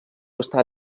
està